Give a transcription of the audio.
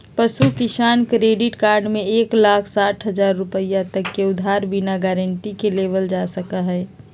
पशु किसान credit card में एक लाख साठ हजार रुपए तक के उधार बिना गारंटी के लेबल जा सका हई